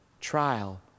trial